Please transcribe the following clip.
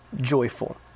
joyful